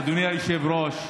אדוני היושב-ראש.